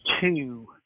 two